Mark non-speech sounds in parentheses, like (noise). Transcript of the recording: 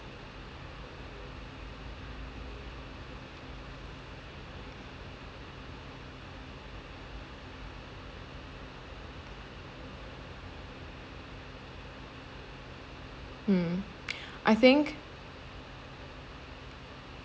mm (noise) I think